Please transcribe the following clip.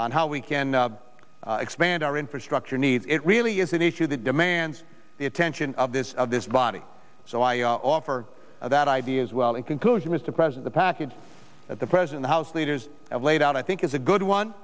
on how we can expand our infrastructure needs it really is an issue that demands the attention of this of this body so i offer that idea as well in conclusion is to present the package that the president house leaders have laid out i think is a good one